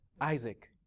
Isaac